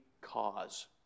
cause